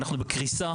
אנחנו בקריסה